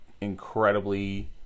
incredibly